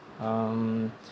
um